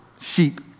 sheep